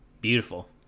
Beautiful